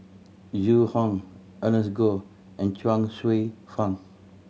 Zhu Hong Ernest Goh and Chuang Hsueh Fang